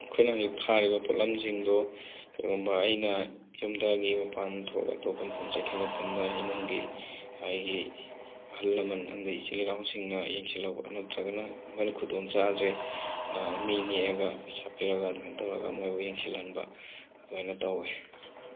ꯑꯩꯈꯣꯏꯅ ꯍꯧꯖꯤꯛ ꯊꯥꯔꯤꯕ ꯄꯣꯠꯂꯝꯁꯤꯡꯗꯣ ꯀꯩꯒꯨꯝꯕ ꯑꯩꯅ ꯌꯨꯝꯗꯒꯤ ꯃꯄꯥꯟ ꯊꯣꯛꯑ ꯑꯩꯇꯣꯞꯄ ꯃꯐꯝ ꯆꯠꯈꯤ ꯃꯇꯝꯗ ꯏꯃꯨꯡꯒꯤ ꯑꯩꯒꯤ ꯑꯍꯜ ꯂꯃꯜ ꯑꯃꯗꯤ ꯏꯆꯤꯜ ꯏꯅꯥꯎꯁꯤꯡꯅ ꯌꯦꯡꯁꯤꯜꯍꯧꯕ ꯅꯠꯇ꯭ꯔꯒꯅ ꯃꯈꯣꯏꯅ ꯈꯨꯗꯣꯡ ꯆꯥꯗ꯭ꯔꯦ ꯃꯤ ꯅꯦꯛꯑꯒ ꯄꯩꯁꯥ ꯄꯤꯔꯒ ꯑꯗꯨꯃꯥꯏ ꯇꯧꯔꯒ ꯃꯣꯏꯕꯨ ꯌꯦꯡꯁꯤꯜꯍꯟꯕ ꯑꯗꯨꯃꯥꯏꯅ ꯇꯧꯋꯦ